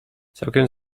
całkiem